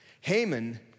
Haman